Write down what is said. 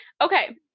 Okay